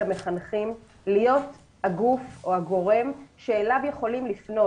המחנכים להיות הגוף או הגורם שאליו יכולים לפנות.